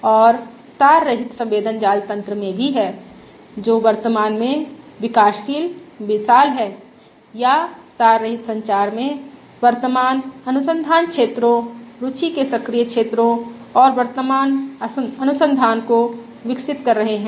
और तार रहित संवेदन जाल तन्त्र में भी हैं जो वर्तमान में विकासशील मिसाल हैं या तार रहित संचार में वर्तमान अनुसंधान क्षेत्रों रुचि के सक्रिय क्षेत्रों और वर्तमान अनुसंधान को विकसित कर रहे हैं